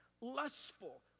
lustful